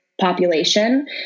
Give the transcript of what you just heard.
Population